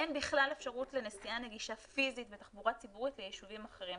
אין בכלל אפשרות לנסיעה נגישה פיזית בתחבורה ציבורית ליישובים אחרים.